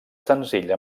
senzill